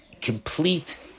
Complete